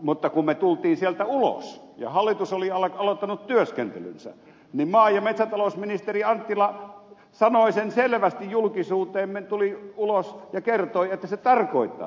mutta kun me tulimme sieltä ulos ja hallitus oli aloittanut työskentelynsä niin maa ja metsätalousministeri anttila sanoi sen selvästi julkisuuteen tuli ulos ja kertoi että se tarkoittaa tätä